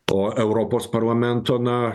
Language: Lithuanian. o europos parlamento na